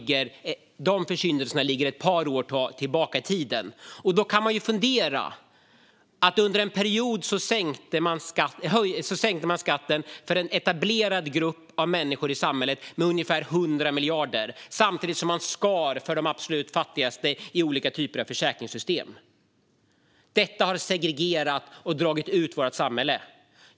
De försyndelserna ligger ett par år tillbaka i tiden. Under en period sänkte man skatten för en etablerad grupp av människor i samhället med ungefär 100 miljarder, samtidigt som man skar för de absolut fattigaste i olika typer av försäkringssystem. Detta har segregerat och dragit ut vårt samhälle.